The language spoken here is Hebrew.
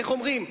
איך אומרים?